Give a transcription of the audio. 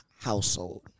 household